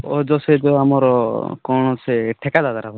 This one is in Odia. ଓ ଯେଉଁ ସେହି ଯେଉଁ ଆମର କ'ଣ ସେ ଠେକା ଦାଦାର